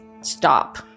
stop